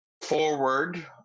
forward